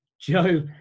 Joe